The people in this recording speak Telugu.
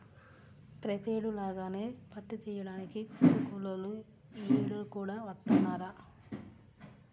ప్రతేడు లాగానే పత్తి తియ్యడానికి కొత్త కూలోళ్ళు యీ యేడు కూడా వత్తన్నారా